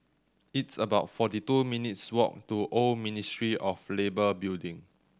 it's about forty two minutes' walk to Old Ministry of Labour Building